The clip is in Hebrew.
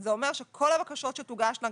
אז זה אומר שכל הבקשות שתוגשנה,